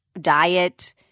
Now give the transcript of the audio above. diet